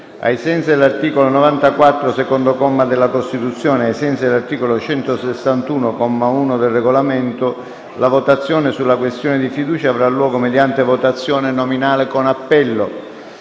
ai sensi dell'articolo 94, secondo comma, della Costituzione e ai sensi dell'articolo 161, comma 1, del Regolamento, la votazione sulla fiducia avrà luogo mediante votazione nominale con appello.